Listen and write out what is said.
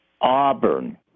Auburn